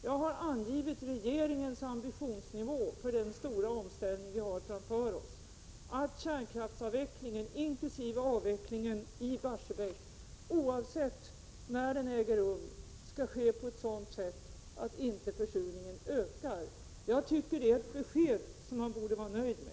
Jag har angivit regeringens ambitionsnivå för den stora omställning vi har framför oss. Kärnkraftsavvecklingen inkl. avvecklingen av Barsebäck — oavsett när den äger rum — skall ske på ett sådant sätt att försurningen inte ökar. Jag tycker det är ett besked som man borde vara nöjd med.